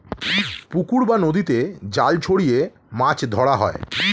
পুকুর বা নদীতে জাল ছড়িয়ে মাছ ধরা হয়